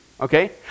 okay